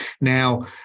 Now